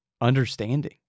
understanding